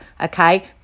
okay